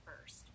first